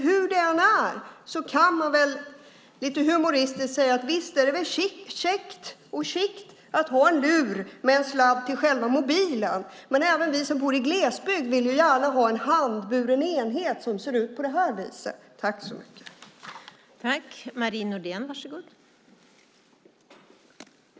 Hur det än är kan man väl lite humoristiskt säga att visst är det väl chict att ha en lur med en sladd till själva mobilen, men även vi som bor i glesbygd vill gärna ha en handburen enhet som ser ut som den här telefonen som jag håller i min hand.